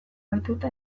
baitute